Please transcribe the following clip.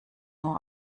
nur